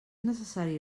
necessari